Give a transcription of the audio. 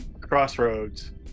Crossroads